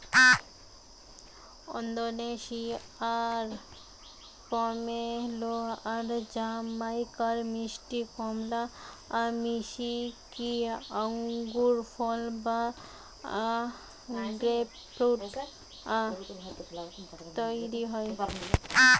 ওন্দোনেশিয়ার pomelo আর জামাইকার মিষ্টি কমলা মিশিকি আঙ্গুরফল বা গ্রেপফ্রূট তইরি হয়